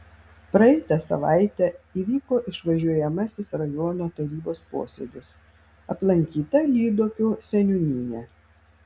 praeitą savaitę įvyko išvažiuojamasis rajono tarybos posėdis aplankyta lyduokių seniūnija